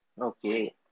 Okay